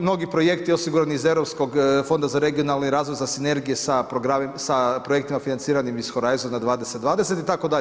Mnogi projekti osigurani iz Europskog fonda za regionalni razvoj, za sinergije sa projektima financiranim iz Horizon 2020 itd.